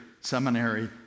Seminary